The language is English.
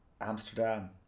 Amsterdam